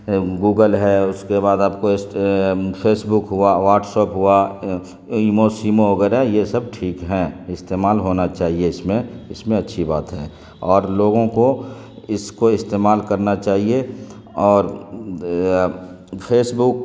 Google ہے اس کے بعد آپ کو فیس بک ہوا واٹسپ ہوا ایمو سیمو وغیرہ یہ سب ٹھیک ہیں استعمال ہونا چاہیے اس میں اس میں اچھی بات ہے اور لوگوں کو اس کو استعمال کرنا چاہیے اور فیس بک